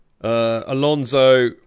Alonso